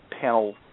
panel